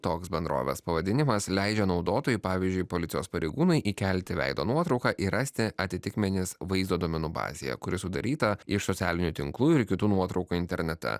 toks bendrovės pavadinimas leidžia naudotojui pavyzdžiui policijos pareigūnai įkelti veido nuotrauką ir rasti atitikmenis vaizdo duomenų bazėje kuri sudaryta iš socialinių tinklų ir kitų nuotrauka internete